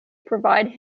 provide